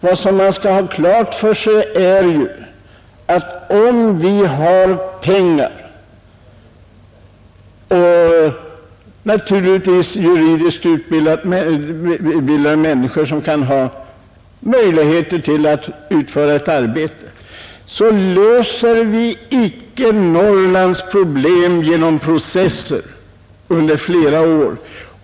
Vad man skall ha klart för sig är att även om vi har pengar och, naturligtvis, juridiskt utbildade personer så löser vi icke Norrlands problem genom processer som sträcker sig över flera år.